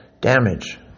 damage